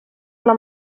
una